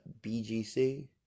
BGC